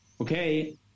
okay